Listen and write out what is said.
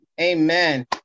Amen